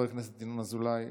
חבר הכנסת ינון אזולאי,